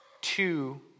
two